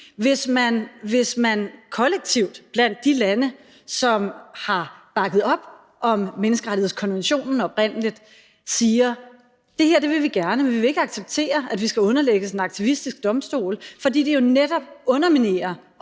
Hvis man kollektivt blandt de lande, som har bakket op om menneskerettighedskonventionen oprindeligt, siger: Det her vil vi gerne, men vi vil ikke acceptere, at vi skal underlægges en aktivistisk domstol, fordi det jo netop underminerer